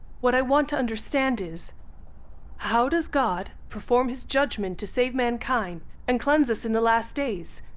what i want to understand is how does god perform his judgment to save mankind and cleanse us in the last days.